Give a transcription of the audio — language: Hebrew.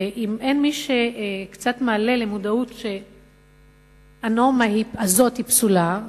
אם אין מי שקצת מעלה למודעות שהנורמה הזאת היא פסולה,